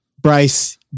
Bryce